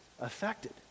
affected